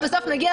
בסוף, בסוף נגיע.